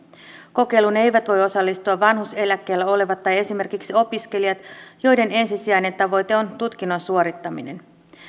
kokeiluun eivät voi osallistua vanhuuseläkkeellä olevat tai esimerkiksi opiskelijat joiden ensisijainen tavoite on tutkinnon suorittaminen